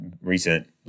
recent